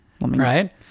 right